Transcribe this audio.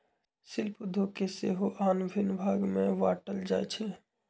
शिल्प उद्योग के सेहो आन भिन्न भाग में बाट्ल जाइ छइ